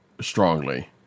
strongly